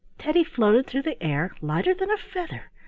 teddy floated through the air lighter than a feather,